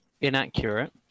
inaccurate